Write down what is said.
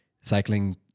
cycling